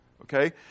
Okay